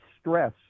stress